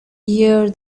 year